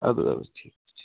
اَدٕ حظ اَدٕ حظ ٹھیٖک چھُ